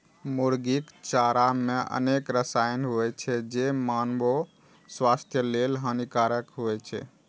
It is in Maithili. मुर्गीक चारा मे अनेक रसायन होइ छै, जे मानवो स्वास्थ्य लेल हानिकारक होइ छै